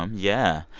um yeah.